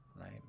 right